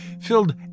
filled